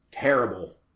Terrible